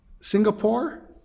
singapore